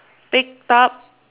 picked up